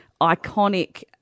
iconic